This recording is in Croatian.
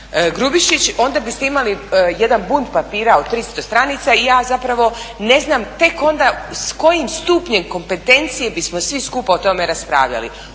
Grubišić, onda biste imali jedan bunt papira od 300 stranica i ja zapravo ne znam tek onda s kojim stupnjem kompetencije bismo svi skupa o tome raspravljali.